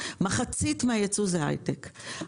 מחצית מהיצוא הוא היי-טק.